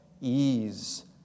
ease